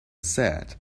said